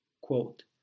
Quote